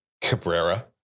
Cabrera